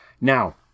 Now